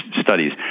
studies